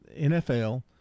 NFL